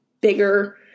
bigger